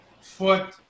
foot